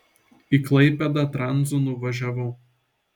į klaipėdą tranzu nuvažiavau